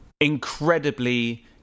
incredibly